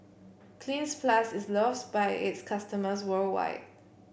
Cleanz Plus is loves by its customers worldwide